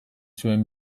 zuen